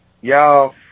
y'all